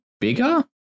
bigger